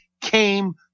came